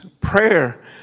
prayer